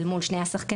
אל מול שני השחקנים,